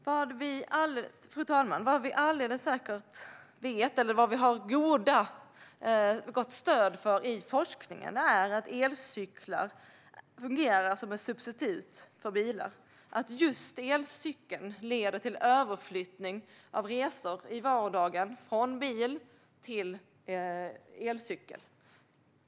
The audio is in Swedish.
Fru talman! Vad vi alldeles säkert vet, eller har gott stöd för i forskningen, är att elcyklar fungerar som ett substitut för bilar. Just elcykeln leder till överflyttning av resor i vardagen från bil till elcykel.